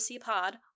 Pod